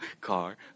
car